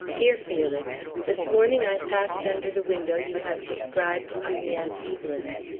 dear felix this morning i passed under the window you have described to me as evelyn's.